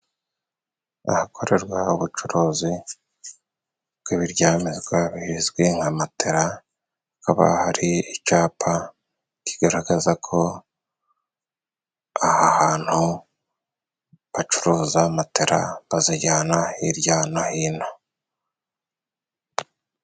Ahakorerwa ubucuruzi bw'ibiryamirwa bizwi nka matera, haba hari icapa kigaragaza ko aha hantu bacuruza matera, bazijyana hirya no hino.